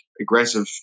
aggressive